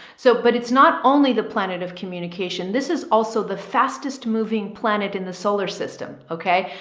so, but it's not only the planet of communication. this is also the fastest moving planet in the solar system. okay.